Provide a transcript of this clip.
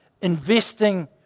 Investing